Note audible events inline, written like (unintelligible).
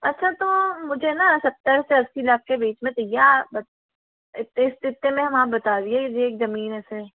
अच्छा तो मुझे ना सत्तर से अस्सी लाख के बीच में चाहिए (unintelligible) इतने स्थिति में हम आप बता दीजिए एक जमीन ऐसे